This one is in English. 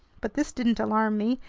but this didn't alarm me,